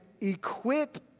equip